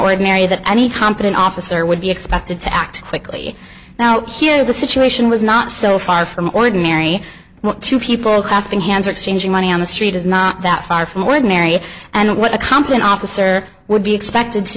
ordinary that any competent officer would be expected to act quickly now here the situation was not so far from ordinary want to people asking hands or exchanging money on the street is not that far from ordinary and what a competent officer would be expected to